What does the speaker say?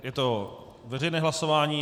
Je to veřejné hlasování.